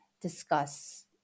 discuss